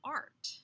art